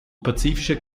pacific